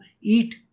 eat